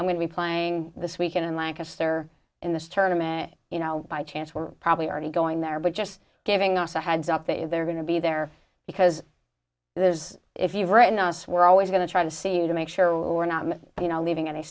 we're going to be playing this weekend in lancaster in this tournament you know by chance we're probably already going there but just giving us a heads up that they're going to be there because there's if you've written us we're always going to try to see you to make sure we're not you know leaving any